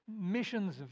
missions